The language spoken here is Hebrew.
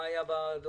מה היה בדוח?